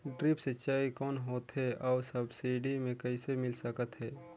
Drip सिंचाई कौन होथे अउ सब्सिडी मे कइसे मिल सकत हे?